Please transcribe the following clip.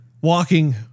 walking